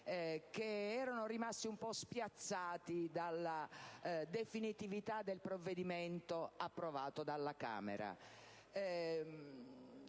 che erano rimasti un po' spiazzati dalla definitività del provvedimento approvato dalla Camera. Io